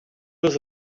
was